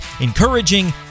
encouraging